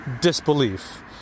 disbelief